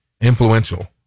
influential